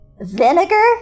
Vinegar